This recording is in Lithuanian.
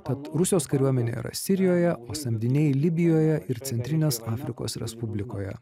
kad rusijos kariuomenė yra sirijoje o samdiniai libijoje ir centrinės afrikos respublikoje